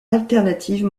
alternative